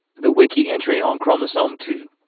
the wiki entry on chromosome two.